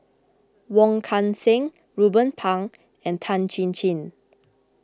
Wong Kan Seng Ruben Pang and Tan Chin Chin